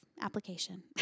application